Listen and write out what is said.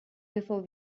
before